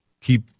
keep